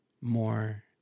more